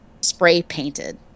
spray-painted